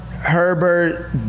Herbert